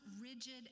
rigid